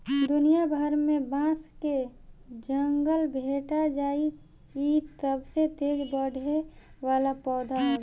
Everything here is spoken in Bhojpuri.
दुनिया भर में बांस के जंगल भेटा जाइ इ सबसे तेज बढ़े वाला पौधा हवे